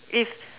if